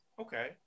okay